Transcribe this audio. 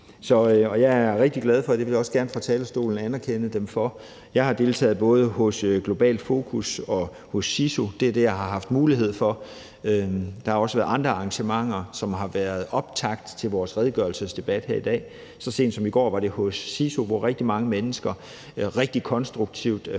jeg er rigtig glad for, og det vil jeg også gerne anerkende dem for fra talerstolen, at jeg har deltaget både hos Globalt Fokus og hos CISU. Det er det, jeg har haft mulighed for. Der har også været andre arrangementer, som har været optakt til vores redegørelsesdebat her i dag. Så sent som i går var det hos CISU, hvor rigtig mange mennesker rigtig konstruktivt fremlagde det.